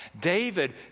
David